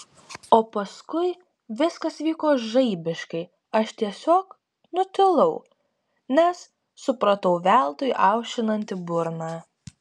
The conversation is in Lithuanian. o paskui viskas vyko žaibiškai aš tiesiog nutilau nes supratau veltui aušinanti burną